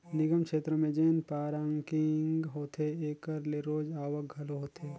निगम छेत्र में जेन पारकिंग होथे एकर ले रोज आवक घलो होथे